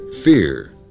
fear